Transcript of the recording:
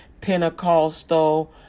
Pentecostal